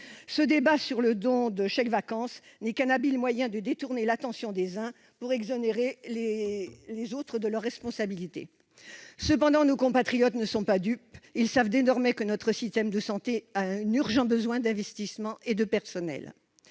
Ce débat sur le don de chèques-vacances n'est qu'un habile moyen de détourner l'attention des uns pour exonérer les autres de leurs responsabilités. Cependant, nos compatriotes ne sont pas dupes. Ils savent désormais que notre système de santé a un urgent besoin d'investissements et de personnels.